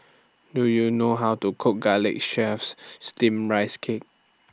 Do YOU know How to Cook Garlic Chives Steamed Rice Cake